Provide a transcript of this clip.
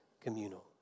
communal